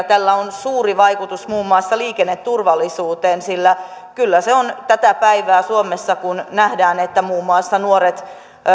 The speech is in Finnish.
tällä on suuri vaikutus muun muassa liikenneturvallisuuteen sillä kyllä se on tätä päivää suomessa kun nähdään että muun muassa nuoret